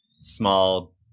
small